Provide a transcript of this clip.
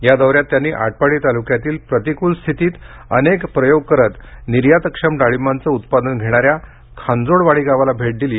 या दौऱ्यात त्यांनी आटपाडी तालुक्यातील प्रतिकूल स्थितीत अनेक प्रयोग करत निर्यातक्षम डाळींबाचे उत्पादन घेणाऱ्या खांजोडवाडी गावाला भेट दिली